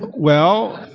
well,